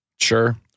Sure